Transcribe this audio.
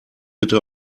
bitte